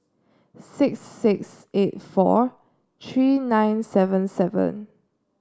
six six eight four three nine seven seven